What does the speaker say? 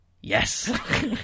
Yes